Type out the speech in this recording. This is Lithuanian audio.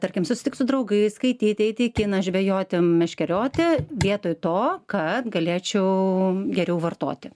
tarkim susitikt su draugais skaityti eiti į kiną žvejoti meškerioti vietoj to kad galėčiau geriau vartoti